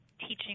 teaching